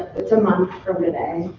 it's a month from today.